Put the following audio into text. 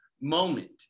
moment